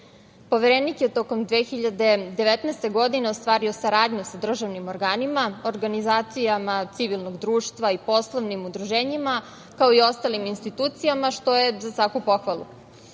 Poverenik je tokom 2019. godine ostvario saradnju sa državnim organima, organizacijama civilnog društva i poslovnim udruženjima, kao i ostalim institucijama, što je za svaku